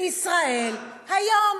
"ישראל היום".